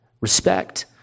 respect